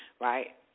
Right